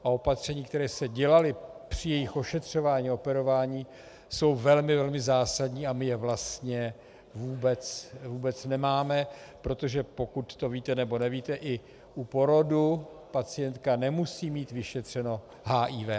Opatření, která se dělala při jejich ošetřování a operování, jsou velmi, velmi zásadní a my je vlastně vůbec nemáme, protože pokud to víte, nebo nevíte, u porodu pacientka nemusí mít vyšetřeno HIV.